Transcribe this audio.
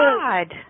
God